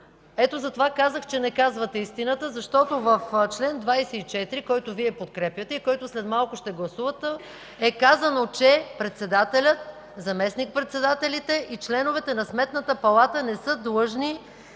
ето затова казах, че не казвате истината, защото в чл. 24, който Вие подкрепяте и който след малко ще гласувате, е казано, че председателят, заместник-председателите и членовете на Сметната палата не са длъжни